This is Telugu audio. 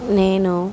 నేను